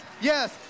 yes